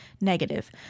negative